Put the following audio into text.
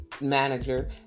manager